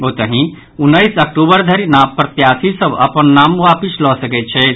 ओतहि उन्नैस अक्टूबर धरि प्रत्याशी अपन नाम वापिस लऽ सकैत छथि